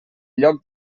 lloc